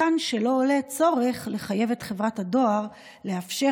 מכאן שלא עולה צורך לחייב את חברת הדואר לאפשר